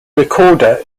recorder